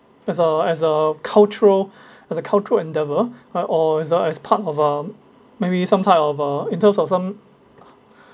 as a as a cultural as a cultural endeavour uh or as uh as part of um maybe some type of uh in terms of some